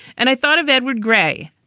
and i thought of edward grey,